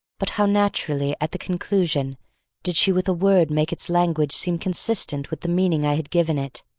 but how naturally at the conclusion did she with a word make its language seem consistent with the meaning i had given it.